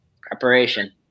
Preparation